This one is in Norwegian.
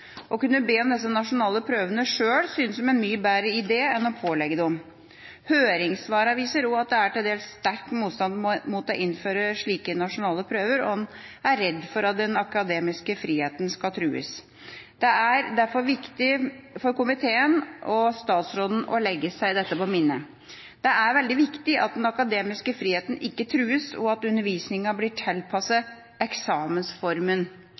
Å kunne be om disse nasjonale prøvene sjøl synes som en mye bedre idé enn å bli pålagt dem. Høringssvarene viser også at det er til dels sterk motstand mot å innføre slike nasjonale prøver, og en er redd for at den akademiske friheten skal trues. Det er derfor viktig for komiteen og statsråden å legge seg dette på minne. Det er veldig viktig at den akademiske friheten ikke trues, og at undervisningen blir tilpasset eksamensformen.